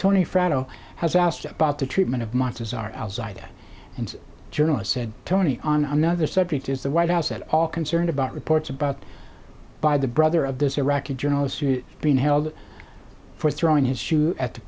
tony fratto has asked about the treatment of monsters are outside and journalist said tony on another subject is the white house at all concerned about reports about by the brother of this iraqi journalist being held for throwing his shoe at the